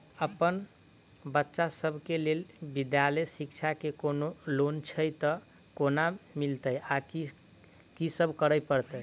अप्पन बच्चा सब केँ लैल विधालय शिक्षा केँ कोनों लोन छैय तऽ कोना मिलतय आ की सब करै पड़तय